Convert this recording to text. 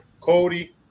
Cody